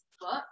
book